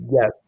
Yes